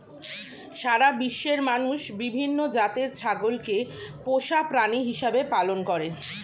সারা বিশ্বের মানুষ বিভিন্ন জাতের ছাগলকে পোষা প্রাণী হিসেবে পালন করে